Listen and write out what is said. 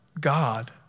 God